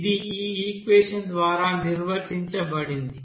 ఇది ఈ ఈక్వెషన్ ద్వారా నిర్వచించబడింది